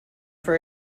for